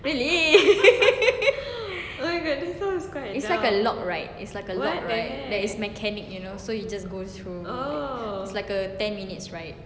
really inside the lock right it's like a lock right there's a mechanic you know so you just go through it's like a ten minutes ride